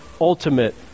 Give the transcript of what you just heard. ultimate